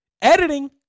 Editing